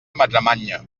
madremanya